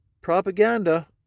propaganda